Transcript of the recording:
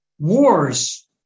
wars